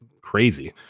crazy